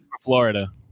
florida